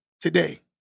today